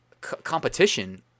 competition